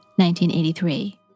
1983